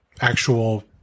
actual